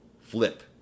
flip